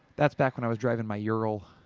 that's back when i was driving my ural.